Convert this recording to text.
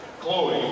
Chloe